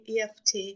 EFT